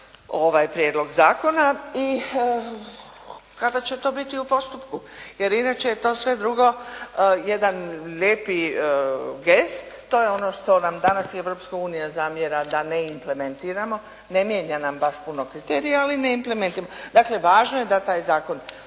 ovaj prijedlog zakona i kada će to biti u postupku, jer inače je to sve drugo jedan lijepi gest. To je ono što vam danas Europska unija zamjera da ne implementiramo. Ne mijenja nam baš puno kriterije ali ne implementira. Dakle, važno je da taj zakon